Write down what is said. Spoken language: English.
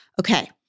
Okay